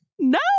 No